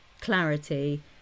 clarity